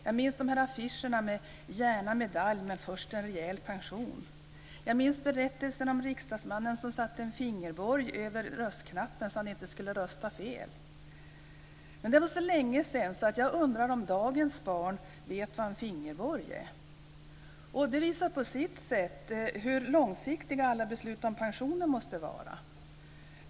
Jag minns affischerna med "Gärna medalj, men först en rejäl pension". Jag minns berättelserna om riksdagsmannen som satte en fingerborg över röstknappen så att han inte skulle rösta fel. Det är så länge sedan att jag undrar om dagens barn vet vad en fingerborg är. Och det visar på sitt sätt på hur långsiktiga alla beslut om pensioner måste vara.